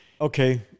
Okay